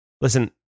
listen